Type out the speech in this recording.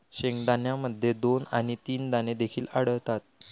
शेंगदाण्यामध्ये दोन आणि तीन दाणे देखील आढळतात